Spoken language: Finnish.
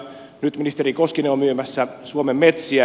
nyt ministeri koskinen on myymässä suomen metsiä